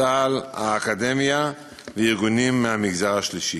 צה"ל, האקדמיה וארגונים מהמגזר השלישי.